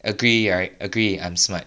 agree right agree I'm smart